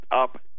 up